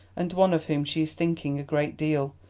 and one of whom she is thinking a great deal,